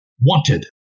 Wanted